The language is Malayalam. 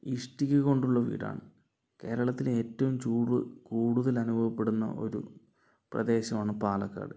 ഇഷ്ടിക കൊണ്ടുള്ള വീടാണ് കേരളത്തിലെ ഏറ്റവും ചൂട് കൂടുതൽ അനുഭവപ്പെടുന്ന ഒരു പ്രദേശമാണ് പാലക്കാട്